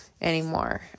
anymore